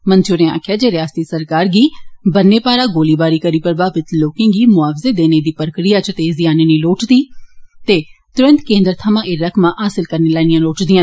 मंत्री होरें आक्खेआ जे रयासती सरकार गी बन्ने पारा गोलीबारी करी प्रभावित लोकें गी मुआवजे देने दी प्रक्रिया च तेजी आननी लोड़चदी तेतुरत केंद्र थमां एह् रकमां हासल करी लैनियां लोड़चदियां